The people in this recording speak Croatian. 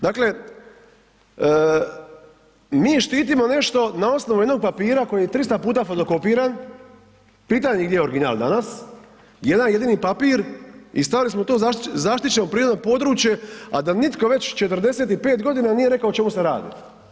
Dakle mi štitimo nešto na osnovu jednog papira koji je 300 puta fotokopiran, pitanje je gdje je original danas, jedan jedini papir i stavili smo to u zaštićeno prirodno područje, a da nitko već 45 godina nije rekao o čemu se radi.